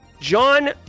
john